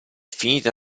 finita